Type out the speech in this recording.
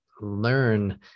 learn